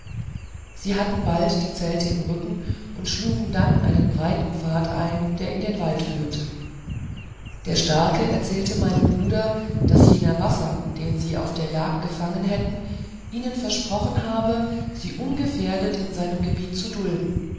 sie hatten bald die zelte im rücken und schlugen dann einen breiten pfad ein der in den wald führte der starke erzählte meinem bruder daß jener bassa den sie auf der jagd gefangen hätten ihnen versprochen habe sie ungefährdet in seinem gebiet zu dulden